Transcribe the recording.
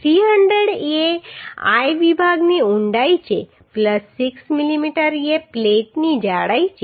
300 એ I વિભાગની ઊંડાઈ છે 6 mm એ પ્લેટની જાડાઈ છે